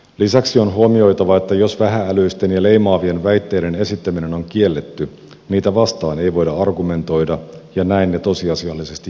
lisäksi on huomioitava että jos vähä älyisten ja leimaavien väitteiden esittäminen on kielletty niitä vastaan ei voida argumentoida ja näin ne tosiasiallisesti jäävät elämään